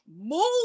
move